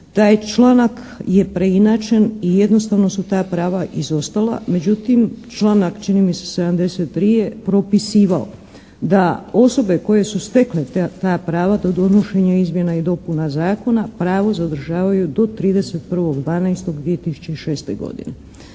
taj članak je preinačen i jednostavno su ta prava izostala. Međutim, članak čini mi se 73. je propisivao da osobe koje su stekle ta prava do donošenja izmjena i dopuna zakona pravo zadržavaju do 31.12.2006. godine.